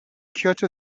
kyoto